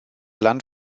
land